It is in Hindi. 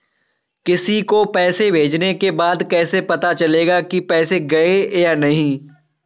किसी को पैसे भेजने के बाद कैसे पता चलेगा कि पैसे गए या नहीं?